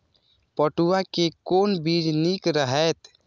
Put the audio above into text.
पटुआ के कोन बीज निक रहैत?